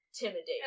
Intimidate